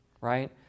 right